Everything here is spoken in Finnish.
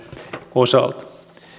osalta